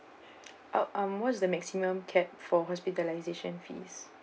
ou~ mm what was the maximum cap for hospitalisation fees